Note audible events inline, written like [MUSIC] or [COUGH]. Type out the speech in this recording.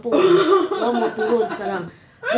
[LAUGHS]